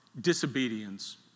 disobedience